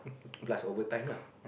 plus overtime lah